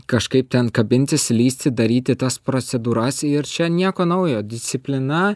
kažkaip ten kabintis lįsti daryti tas procedūras ir čia nieko naujo disciplina